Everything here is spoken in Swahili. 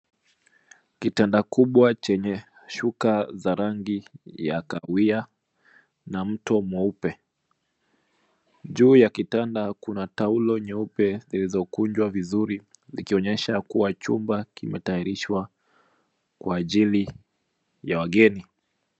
Kitanda kubwa chenye shuka za rangi ya kahawia na mto mweupe. Juu ya kitanda kuna taulo nyeupe zilizokunjwa vizuri ikionyesha kuwa chumba kimetayarishwa kwa ajili ya wageni.